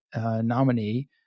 nominee